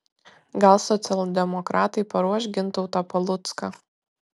gal socialdemokratai paruoš gintautą palucką